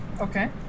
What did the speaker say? Okay